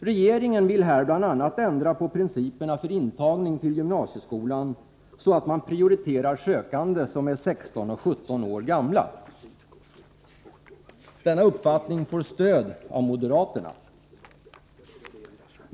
Regeringen vill här bl.a. ändra principerna för intagning till gymnasieskolan, så att man prioriterar sökande som är 16 och 17 år gamla. Denna uppfattning får stöd av moderaterna.